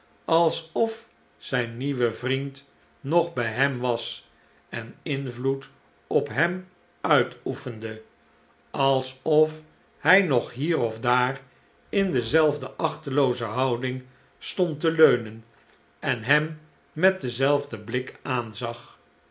alsof zijn nieuwe vriend nog bij hem was en invloed op hem uitoefende alsof hij nog hier of daar in dezelfde achtelooze houding stond te leunen en hem met denzelfden blik aanzag